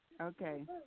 Okay